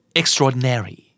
extraordinary